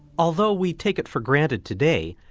although we take it for granted today,